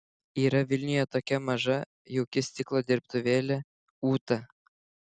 yra vilniuje tokia maža jauki stiklo dirbtuvėlė ūta